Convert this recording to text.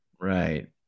Right